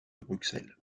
bruxelles